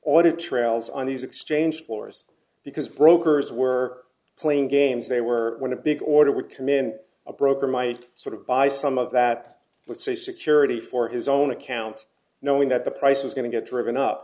audit trails on these exchange floors because brokers were playing games they were when a big order would command a broker might sort of buy some of that but say security for his own account knowing that the price was going to get driven up